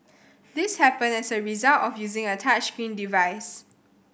this happened as a result of using a touchscreen device